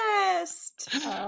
best